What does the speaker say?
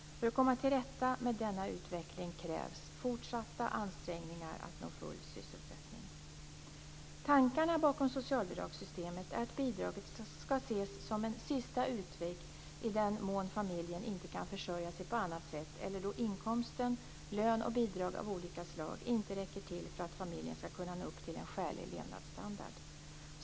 För att komma till rätta med denna utveckling krävs fortsatta ansträngningar att nå full sysselsättning. Tankarna bakom socialbidragssystemet är att bidraget skall ses som en sista utväg i den mån familjen inte kan försörja sig på annat sätt eller då inkomsten - lön och bidrag av olika slag - inte räcker till för att familjen skall kunna nå upp till en skälig levnadsstandard.